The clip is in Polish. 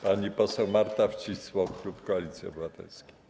Pani poseł Marta Wcisło, klub Koalicji Obywatelskiej.